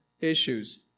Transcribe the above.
issues